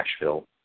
Nashville